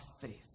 faith